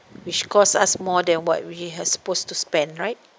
which costs us more than what we are supposed to spend right